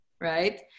Right